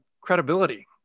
credibility